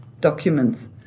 documents